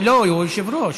היושב-ראש,